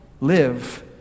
live